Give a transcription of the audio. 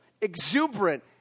exuberant